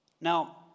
Now